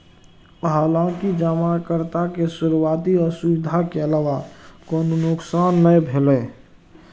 हालांकि जमाकर्ता के शुरुआती असुविधा के अलावा कोनो नुकसान नै भेलै